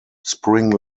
spring